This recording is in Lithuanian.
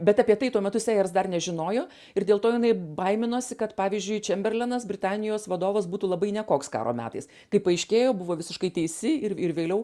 bet apie tai tuo metu sėjers dar nežinojo ir dėl to jinai baiminosi kad pavyzdžiui čemberlenas britanijos vadovas būtų labai nekoks karo metais kaip paaiškėjo buvo visiškai teisi ir vėliau